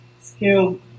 skill